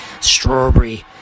strawberry